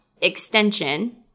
extension